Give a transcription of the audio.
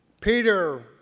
Peter